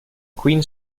queen